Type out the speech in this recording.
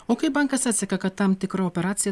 o kaip bankas atseka kad tam tikra operacija